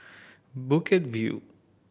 Bukit View